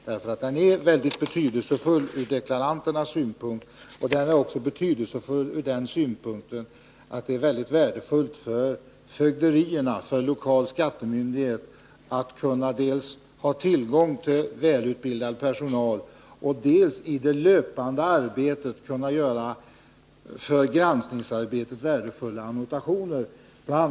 Detta är mycket betydelsefullt ur deklaranternas synpunkt och även ur den synpunkten att det är väldigt värdefullt för de lokala skattemyndigheterna att ha tillgång till välutbildad personal och att i det löpande granskningsarbetet kunna göra värdefulla annotationer. Bl.